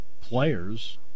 players